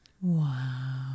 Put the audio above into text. Wow